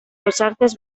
ausartez